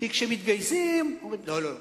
כי כשמתגייסים, אומרים: לא, לא.